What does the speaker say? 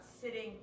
sitting